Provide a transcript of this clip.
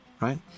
right